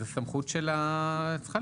זאת סמכות של המנהל.